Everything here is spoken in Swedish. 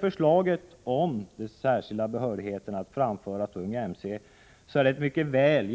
Förslaget om särskild behörighet att framföra tung mc är ett mycket väl